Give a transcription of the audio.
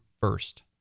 first